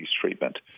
treatment